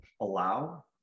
allow